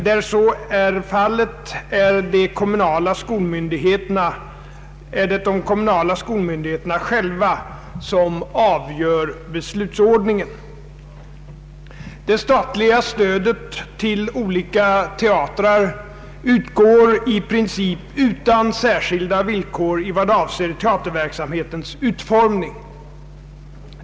Där så är fallet är det de kommunala skolmyndigheterna själva som avgör beslutsordningen. Det statliga stödet till olika teatrar utgår i princip utan särskilda villkor i vad avser teaterverksamhetens utformning.